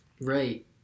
Right